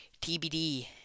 TBD